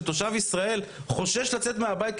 שתושב ישראל חושש לצאת מהבית,